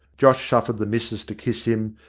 josh suffered the missis to kiss him,